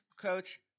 coach